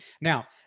Now